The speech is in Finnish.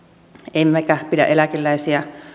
emmekä pidä eläkeläisiä